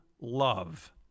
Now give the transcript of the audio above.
love